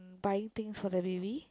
buying things for the baby